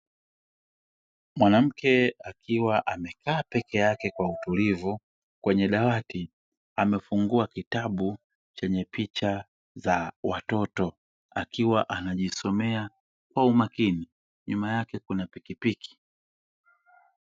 Mwanamke akiwa amekaa peke yake kwa utulivu kwenye dawati, amefungua kitabu chenye picha za watoto, akiwa anajisomea kwa umakini. Nyuma yake kuna pikipiki.